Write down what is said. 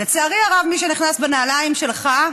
לצערי הרב, מי שנכנס בנעליים שלך,